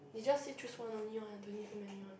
you just say choose one only what don't need so many one